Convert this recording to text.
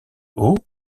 haut